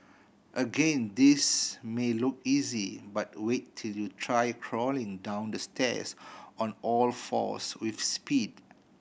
again this may look easy but wait till you try crawling down the stairs on all fours with speed